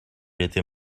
était